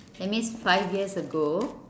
that means five years ago